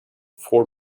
four